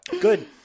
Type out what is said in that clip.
Good